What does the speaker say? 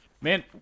man